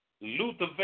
Luther